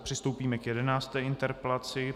Přistoupíme k jedenácté interpelaci.